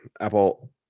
Apple